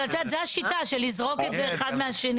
אבל את יודעת, זו השיטה, לזרוק את זה אחד מהשני.